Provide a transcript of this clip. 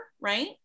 right